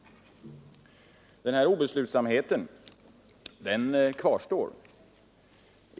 Denna obeslutsamhet kvarstår.